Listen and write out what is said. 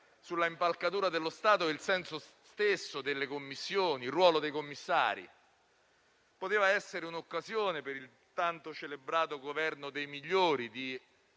sull'impalcatura dello Stato, sul senso stesso delle Commissioni e sul ruolo dei commissari. Poteva essere l'occasione, per il tanto celebrato Governo dei migliori, di